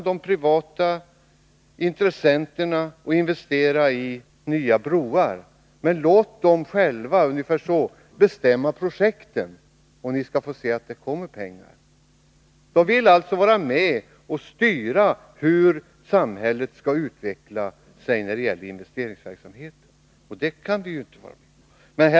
de privata intressenterna och investera i nya broar, men låt dem själva — ungefär så lät det — bestämma projekten, och ni skall få se att det kommer pengar. Kapitalet vill alltså vara med och styra hur samhället skall utveckla sig när det gäller investeringsverksamheten. Det kan vi inte vara med på.